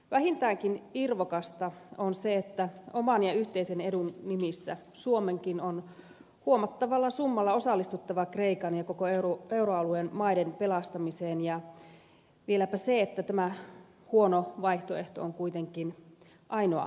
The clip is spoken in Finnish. vähintäänkin irvokasta on se että oman ja yhteisen edun nimissä suomenkin on huomattavalla summalla osallistuttava kreikan ja koko euroalueen maiden pelastamiseen ja vieläpä se että tämä huono vaihtoehto on kuitenkin ainoa vaihtoehto